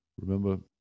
Remember